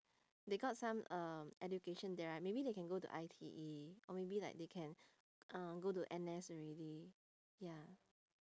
they got some uh education there right maybe they can go to I_T_E or maybe like they can uh go to N_S already ya